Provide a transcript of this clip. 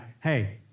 hey